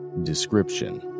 Description